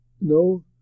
no